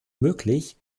möglich